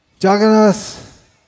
Jagannath